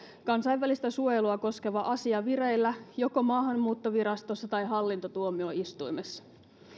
kansainvälistä suojelua koskeva asia vireillä joko maahanmuuttovirastossa tai hallintotuomioistuimessa